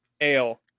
Ale